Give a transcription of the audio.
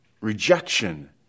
rejection